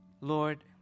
Lord